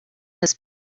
his